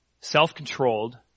self-controlled